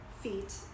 feet